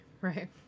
Right